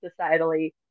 societally